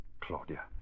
Claudia